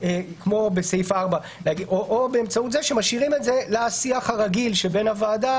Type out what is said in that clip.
כמו בסעיף 4 או שמשאירים את זה לשיח הרגיל בין הוועדה